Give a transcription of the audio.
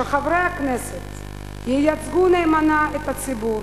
שחברי הכנסת ייצגו נאמנה את הציבור